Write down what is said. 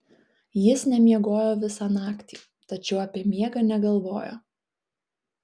jis nemiegojo visą naktį tačiau apie miegą negalvojo